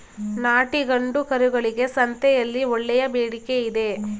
ನಾಟಿ ಗಂಡು ಕರುಗಳಿಗೆ ಸಂತೆಯಲ್ಲಿ ಒಳ್ಳೆಯ ಬೇಡಿಕೆಯಿದೆ